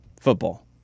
Football